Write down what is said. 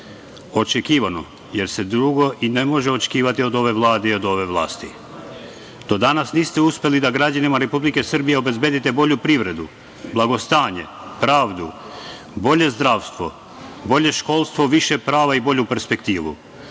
Očekivano, jer se drugo i ne može očekivati od ove Vlade i od ove vlasti. Do danas niste uspeli da građanima Republike Srbije obezbedite bolju privredu, blagostanje, pravdu, bolje zdravstvo, bolje školstvo, više prava i bolju perspektivu.